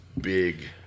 big